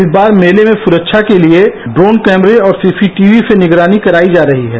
इस वार मेले मे सुरक्षा के लिये ड्रोन कैमरे और सी सी टीवी से निगरानी कराई जा रही है